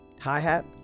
hi-hat